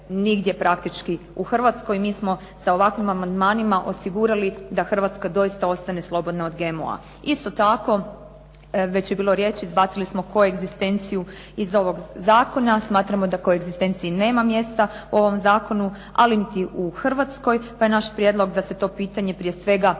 u Hrvatskoj. Mi smo sa ovakvim amandmanima osigurali da Hrvatska doista ostane slobodna od GMO-a. Isto tako već je bilo riječi, izbacili smo koegzistenciju iz ovog zakona. Smatramo da koegzistenciji nema mjesta u ovom zakonu, ali niti u Hrvatskoj, pa je naš prijedlog da se to pitanje prije svega javno